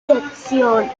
secciones